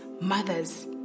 mothers